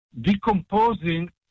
decomposing